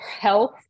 health